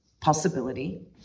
possibility